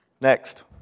Next